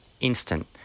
instant